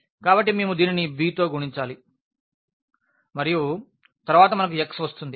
కాబట్టి మేము దీనిని b తోగుణించాలి మరియు తరువాత మనకు x వస్తుంది